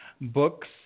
books